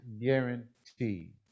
guaranteed